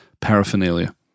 paraphernalia